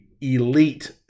elite